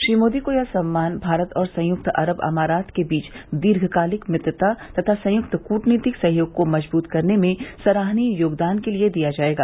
श्री मोदी को यह सम्मान भारत और संयुक्त अरब अमारात के बीच दीर्घकालिक मित्रता तथा संयुक्त कूटनीतिक सहयोग को मजबूत करने में सराहनीय योगदान के लिए दिया जाएगा